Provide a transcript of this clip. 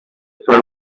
affair